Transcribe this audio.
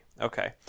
okay